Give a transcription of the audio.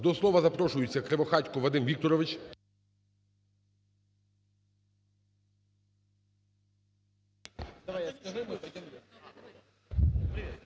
До слова запрошується Кривохатько Вадим Вікторович